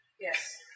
Yes